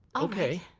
okay.